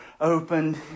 opened